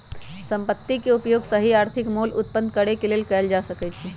संपत्ति के उपयोग सही आर्थिक मोल उत्पन्न करेके लेल कएल जा सकइ छइ